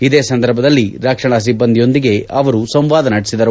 ಇದೇ ಸಂದರ್ಭದಲ್ಲಿ ರಕ್ಷಣಾ ಸಿಬ್ಬಂದಿಯೊಂದಿಗೆ ಸಂವಾದ ನಡೆಸಿದರು